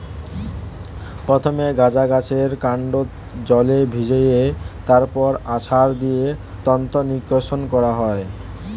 প্রথমে গাঁজা গাছের কান্ড জলে ভিজিয়ে তারপর আছাড় দিয়ে তন্তু নিষ্কাশণ করা হয়